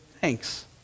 thanks